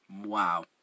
Wow